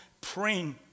praying